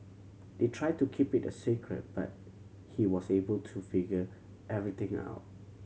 they tried to keep it a secret but he was able to figure everything out